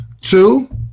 Two